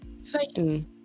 Satan